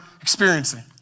experiencing